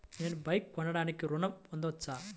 నేను బైక్ కొనటానికి ఋణం పొందవచ్చా?